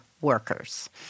workers